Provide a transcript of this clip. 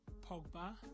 Pogba